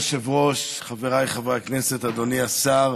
אדוני היושב-ראש, חבריי חברי הכנסת, אדוני השר,